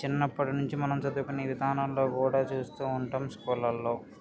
చిన్నప్పటి నుంచి మనం చదువుకునే విధానంలో కూడా చూస్తూ ఉంటాం స్కూళ్లలో